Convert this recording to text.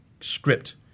script